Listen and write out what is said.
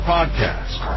Podcast